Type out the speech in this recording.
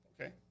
Okay